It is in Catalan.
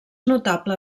notable